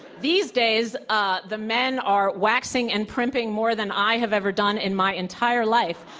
these days ah the men are waxing and primping more than i have ever done in my entire life,